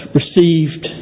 received